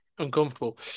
Uncomfortable